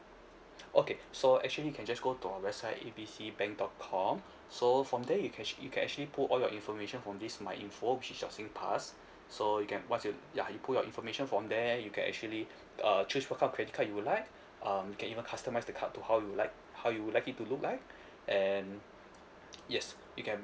okay so actually you can just go to our website A B C bank dot com so from there you can act~ you can actually pull all your information from this my info which is you singpass so you can once you ya you put your information from there you can actually uh choose what kind of credit card would you like um you can even customise the card to how you like how you would like it to look like and yes you can